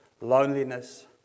loneliness